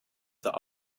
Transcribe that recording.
that